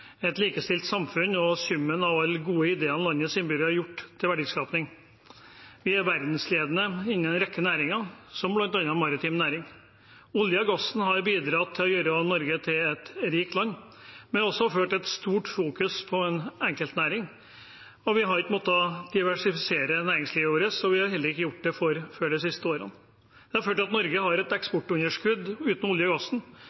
et likestilt samfunn og summen av alle gode ideer landets innbyggere har omgjort til verdiskaping. Vi er verdensledende innen en rekke næringer, som bl.a. maritim næring. Olje og gassen har bidratt til å gjøre Norge til et rikt land, men det har også ført til et stort fokus på en enkeltnæring. Vi har ikke måttet diversifisere næringslivet vårt, så vi har heller ikke gjort det før de siste årene. Det har ført til at Norge har et eksportunderskudd uten olje og gassen,